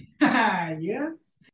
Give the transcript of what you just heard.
Yes